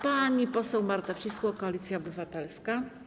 Pani poseł Marta Wcisło, Koalicja Obywatelska.